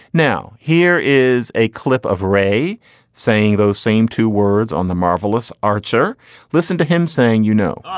now here is a clip of ray saying those same two words on the marvelous archer listen to him saying, you know,